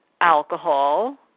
alcohol